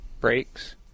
brakes